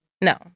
no